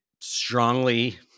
strongly